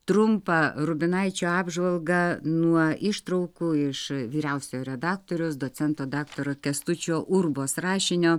trumpą rubinaičio apžvalgą nuo ištraukų iš vyriausiojo redaktoriaus docento daktaro kęstučio urbos rašinio